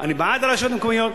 אני בעד הרשויות המקומיות,